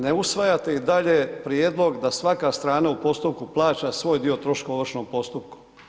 Ne usvajate i dalje prijedlog da svaka strana u postupku plaća svoj dio troškova ovršnog postupka.